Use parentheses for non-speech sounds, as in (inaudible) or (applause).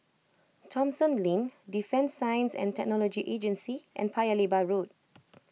Thomson Lane Defence Science and Technology Agency and Paya Lebar Road (noise)